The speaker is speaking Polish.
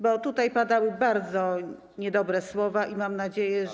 Bo tutaj padały bardzo niedobre słowa i mam nadzieję, że.